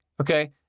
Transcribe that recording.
Okay